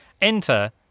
Enter